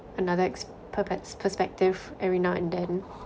another ex~ perpe~ perspective every now and then